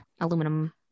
aluminum